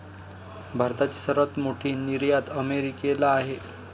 भारताची सर्वात मोठी निर्यात अमेरिकेला आहे